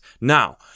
Now